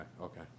okay